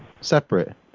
Separate